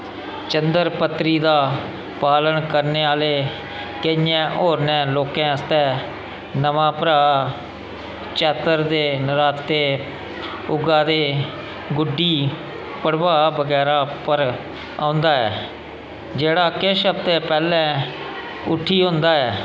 चंद्र पत्तरी दा पालन करने आह्ले केइयैं होरनै लोकें आस्तै नमां भराऽ चेत्तर दे नरातें उग्गा दे गुड्डी पड़वाह् बगैरा पर औंदा ऐ जेह्ड़ा किश हफ्ते पैह्लें उठी औंदा ऐ